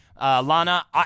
Lana